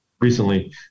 recently